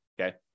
Okay